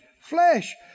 flesh